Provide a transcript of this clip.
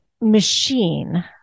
machine